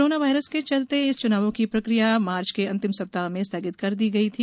corona virus के चलते इन चुनावों की प्रक्रिया मार्च के अंतिम सप्ताह में स्थगित कर दी गई थी